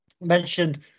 mentioned